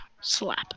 slap